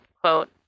quote